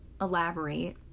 elaborate